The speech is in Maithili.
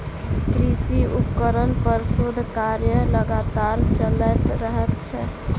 कृषि उपकरण पर शोध कार्य लगातार चलैत रहैत छै